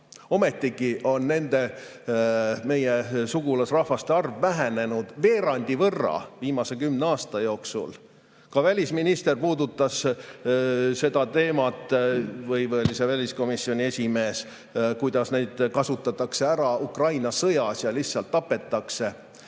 Ometigi on nende meie sugulasrahvaste arv vähenenud veerandi võrra viimase kümne aasta jooksul. Ka välisminister puudutas seda teemat – või oli see väliskomisjoni esimees –, kuidas neid kasutatakse ära Ukraina sõjas ja lihtsalt tapetakse.